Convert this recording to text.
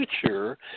future